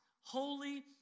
holy